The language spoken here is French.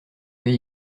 vais